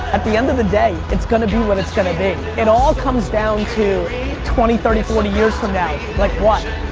at the end of the day, it's gonna be what it's gonna be. it all comes down to twenty, thirty, forty years from now. like what?